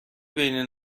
بین